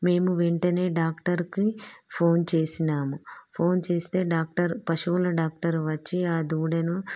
మేము వెంటనే డాక్టర్కి ఫోన్ చేసినాము ఫోన్ చేస్తే డాక్టర్ పశువుల డాక్టరు వచ్చి ఆ దూడను